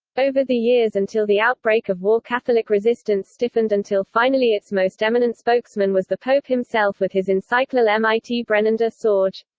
over the years until the outbreak of war catholic resistance stiffened until finally its most eminent spokesman was the pope himself with his encyclial mit brennender sorge.